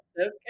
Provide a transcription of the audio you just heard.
Okay